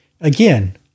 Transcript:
Again